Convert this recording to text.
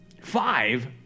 Five